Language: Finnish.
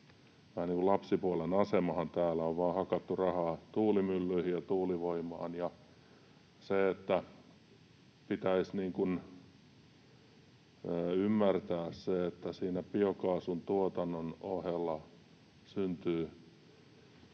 lapsipuolen asemaan. Täällä on vain hakattu rahaa tuulimyllyihin ja tuulivoimaan. Pitäisi ymmärtää se, että siinä biokaasun tuotannon ohella syntyy